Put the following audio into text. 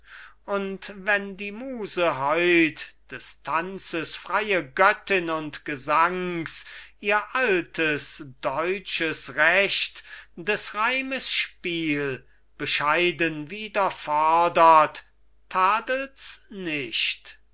und wenn die muse heut des tanzes freie göttin und gesangs ihr altes deutsches recht des reimes spiel bescheiden wieder fordert tadelts nicht